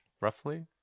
roughly